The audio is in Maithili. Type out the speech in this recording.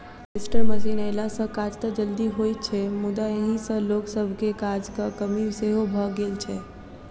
हार्वेस्टर मशीन अयला सॅ काज त जल्दी होइत छै मुदा एहि सॅ लोक सभके काजक कमी सेहो भ गेल छै